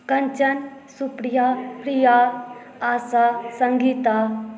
Kanchan Supriya Priya Asha Sangeeta